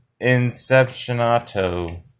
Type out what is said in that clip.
Inceptionato